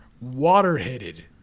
Water-headed